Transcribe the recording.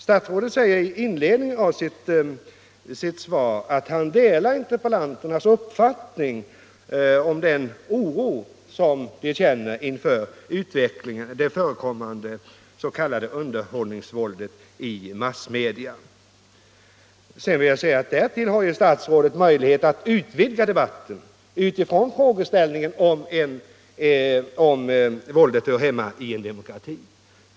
Statsrådet säger i inledningen till sitt svar att han delar interpellantens och frågeställarens oro inför utvecklingen och inför förekomsten av det s.k. underhållningsvåldet i massmedia. Jag vill vidare säga att statsrådet har möjlighet att utvidga debatten från frågeställningen om våldet hör hemma i en demokrati.